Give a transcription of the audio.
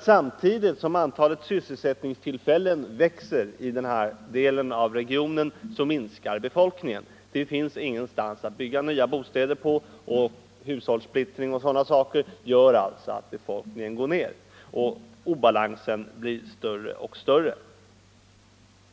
Samtidigt som antalet sysselsättningstillfällen växer i denna del av regionen minskar nämligen befolkningen. Det finns ingen mark att bygga nya bostäder på, och hushållssplittring m.m. gör att befolkningsantalet går ned och att obalansen blir större och större.